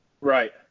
Right